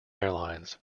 airlines